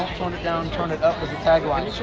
tone it down, turn it up! as a tagline.